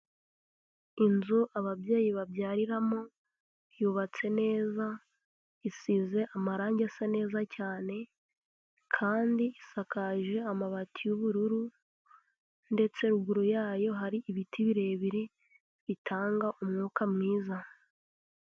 Inzu ababyeyi babyariramo yubatse neza, isize amarange asa neza cyane kandi isakaje amabati y'ubururu ndetse ruguru yayo hari ibiti birebire bitanga umwuka mwiza.